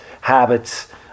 habits